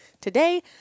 today